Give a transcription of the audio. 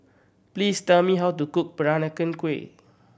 please tell me how to cook Peranakan Kueh